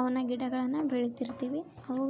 ಅವನ್ನ ಗಿಡಗಳನ್ನ ಬೆಳಿತಿರ್ತೀವಿ ಅವ